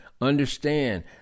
Understand